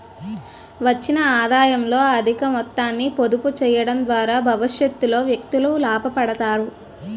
వచ్చిన ఆదాయంలో అధిక మొత్తాన్ని పొదుపు చేయడం ద్వారా భవిష్యత్తులో వ్యక్తులు లాభపడతారు